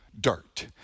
dirt